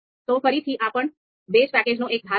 તો ફરીથી આ પણ બેઝ પેકેજનો એક ભાગ છે